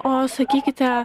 o sakykite